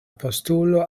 postulo